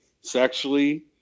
sexually